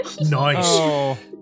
Nice